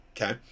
okay